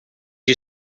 you